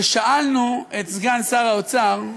ושאלנו את סגן שר האוצר,